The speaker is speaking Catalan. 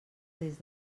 des